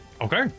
okay